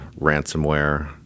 ransomware